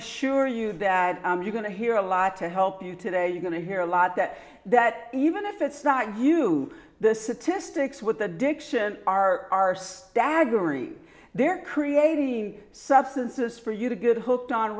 assure you that you're going to hear a lot to help you today you're going to hear a lot that that even if it's not you the satish sticks with addiction are are staggering they're creating substances for you to get hooked on